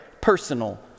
personal